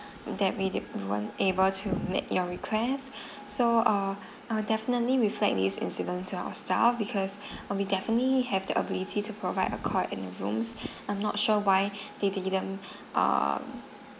that way they weren't able to make your request so uh I'll definitely reflect these incidents to our staff because uh we definitely have the ability to provide a court and uh rooms I'm not sure why they didn't um